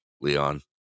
Leon